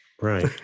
Right